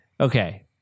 Okay